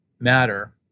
matter